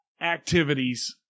activities